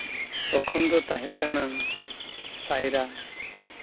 ᱛᱚᱠᱷᱚᱱ ᱫᱚ ᱛᱟᱦᱮᱸ ᱠᱟᱱᱟ ᱥᱟᱭᱨᱟ